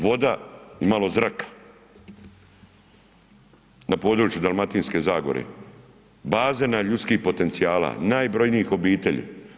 Voda i malo zraka na području Dalmatinske zagore bazena ljudskih potencijala, najbrojnijih obitelji.